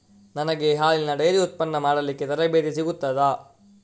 ನನಗೆ ಹಾಲಿನ ಡೈರಿ ಉತ್ಪನ್ನ ಮಾಡಲಿಕ್ಕೆ ತರಬೇತಿ ಸಿಗುತ್ತದಾ?